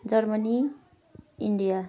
Germany India